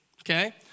okay